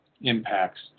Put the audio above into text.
impacts